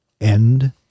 End